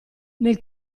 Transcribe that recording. nel